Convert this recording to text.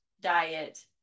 diet